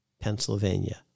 Pennsylvania